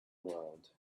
world